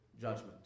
judgment